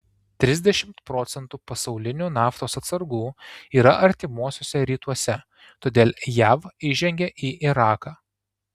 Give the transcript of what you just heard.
trisdešimt procentų pasaulinių naftos atsargų yra artimuosiuose rytuose todėl jav įžengė į iraką